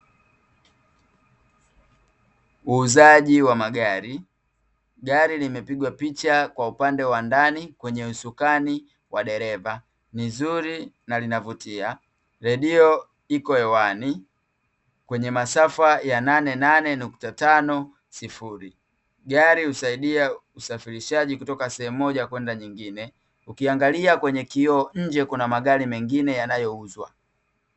Uuzaji wa magari. Gari limepigwa picha kwa upande wa ndani kwenye usukani wa dereva, ni zuri na linavutia redio iko hewani kwenye masafa ya "nane nane nukta tano sifuri". Gari hurahisisha usafirishaji kutoka sehemu moja kwenda nyingine; ukiangalia kwenye kioo nje kuna magari mengine yanayouzwa.